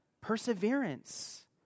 Perseverance